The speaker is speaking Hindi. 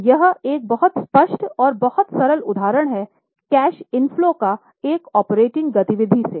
तो यह एक बहुत स्पष्ट और बहुत सरल उदाहरण है कैश इनफ्लो का एक ऑपरेटिंग गति विधि से